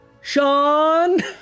Sean